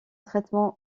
traitements